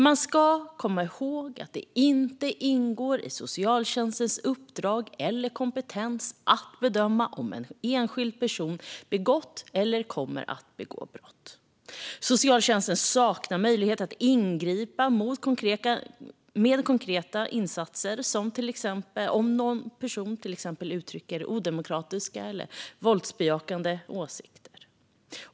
Man ska komma ihåg att det inte ingår i socialtjänstens uppdrag eller kompetens att bedöma om en enskild person begått eller kommer att begå brott. Socialtjänsten saknar möjlighet att ingripa med konkreta insatser om någon till exempel uttrycker odemokratiska och våldsbejakande åsikter.